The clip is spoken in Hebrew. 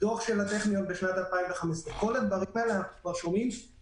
אם זה בדוח של הטכניון משנת 2015. אנחנו שומעים על כל הדברים האלה,